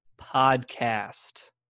podcast